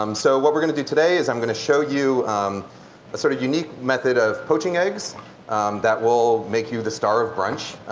um so what we're going to do today is i'm going to show you sort of unique method of poaching eggs that will make you the star of brunch.